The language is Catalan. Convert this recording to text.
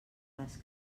les